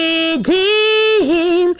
Redeem